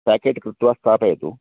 pocket कृत्वा स्थापयतु